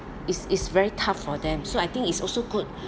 is is very tough for them so I think it's also good